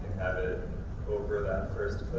it over that first